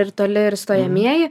ir toli ir stojamieji